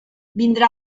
vindrà